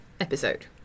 episode